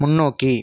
முன்னோக்கி